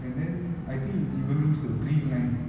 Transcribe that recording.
and then I think it even links to the green line